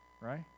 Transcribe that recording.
right